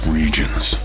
regions